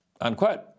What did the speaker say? Unquote